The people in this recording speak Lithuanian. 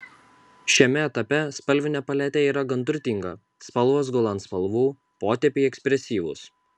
šiame etape spalvinė paletė yra gan turtinga spalvos gula ant spalvų potėpiai ekspresyvūs